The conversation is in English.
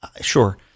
sure